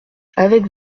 avec